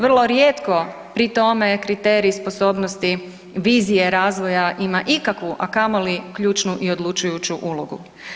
Vrlo rijetko pri tome kriterij sposobnosti vizije razvoja ima ikakvu, a kamoli ključnu i odlučujuću ulogu.